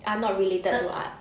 are not related to art